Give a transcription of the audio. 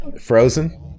Frozen